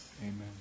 Amen